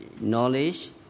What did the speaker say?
knowledge